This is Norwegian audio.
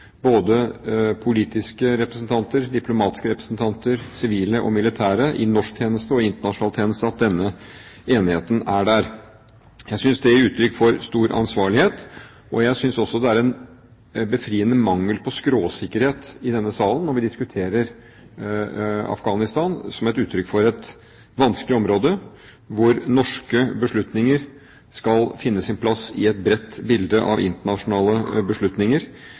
både politiske representanter, diplomatiske representanter, sivile og militære i norsk tjeneste og i internasjonal tjeneste. Jeg synes det gir uttrykk for stor ansvarlighet. Jeg synes også det er en befriende mangel på skråsikkerhet i denne salen når vi diskuterer Afghanistan, som et uttrykk for et vanskelig område hvor norske beslutninger skal finne sin plass i et bredt bilde av internasjonale beslutninger,